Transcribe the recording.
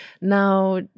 Now